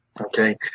Okay